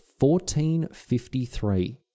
1453